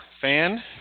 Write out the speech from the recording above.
fan